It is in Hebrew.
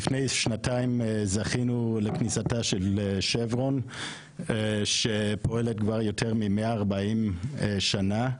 לפני שנתיים זכינו לכניסתה של שברון שפועלת כבר יותר מ-140 שנה,